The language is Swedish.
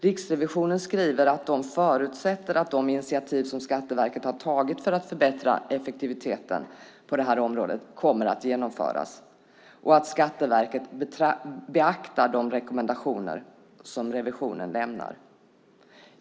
Riksrevisionen skriver att de förutsätter att de initiativ som Skatteverket har tagit för att förbättra effektiviteten på det här området kommer att genomföras och att Skatteverket beaktar de rekommendationer som revisionen lämnar.